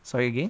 sorry again